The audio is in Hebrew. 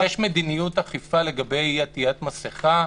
כן, יש מדיניות אכיפה לגבי אי עטיית מסכה,